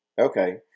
okay